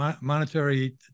monetary